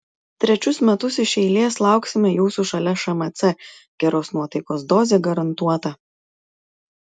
trečius metus iš eiles lauksime jūsų šalia šmc geros nuotaikos dozė garantuota